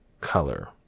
color